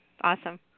awesome